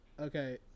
Okay